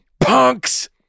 punks